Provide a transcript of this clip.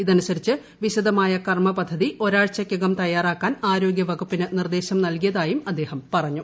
ഇതനുസരിച്ച് വിശദമായ കർമപദ്ധതി ഒരാഴ്ചയ്ക്കകം തയാറാക്കാൻ ആരോഗ്യവകുപ്പിന് നിർദേശം നൽകിയതായും അദ്ദേഹം പറഞ്ഞു